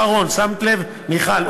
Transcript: אורי אחרון, שמת לב, מיכל?